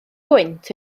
gwynt